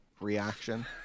reaction